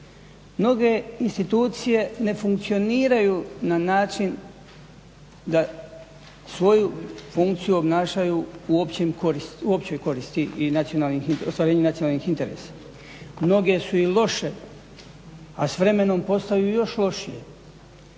Mnoge institucije ne funkcioniraju na način da svoju funkciju obnašaju u općoj koristi i ostvarenju nacionalnih interesa. Mnoge su i loše, a s vremenom postaju i još lošije.